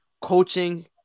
Coaching